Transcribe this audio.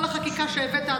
כל החקיקה שהבאת,